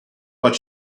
but